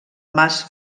mas